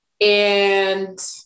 And-